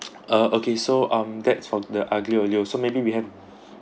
ah okay so um that's for the aglio olio so maybe we have